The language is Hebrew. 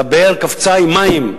והבאר קפצה עם מים,